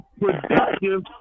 productive